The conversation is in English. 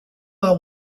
are